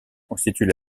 constituent